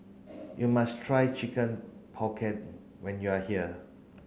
you must try chicken pocket when you are here